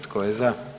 Tko je za?